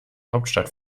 hauptstadt